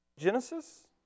Genesis